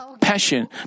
passion